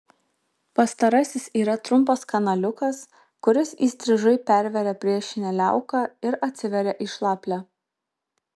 pastarasis yra trumpas kanaliukas kuris įstrižai perveria priešinę liauką ir atsiveria į šlaplę